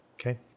Okay